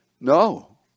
No